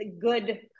good